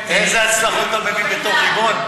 אתה מבין לאיזה הצלחות אתה מביא בתור ריבון?